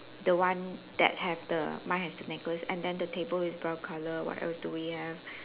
the one that have the mine has the necklace and then the table is brown color what else do we have